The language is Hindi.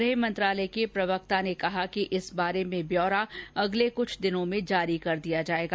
गृह मंत्रालय के प्रवक्ता ने कहा कि इस बारे में ब्यौरा अगले कुछ दिनों में जारी कर दिया जाएगा